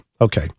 okay